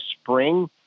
spring